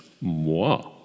moi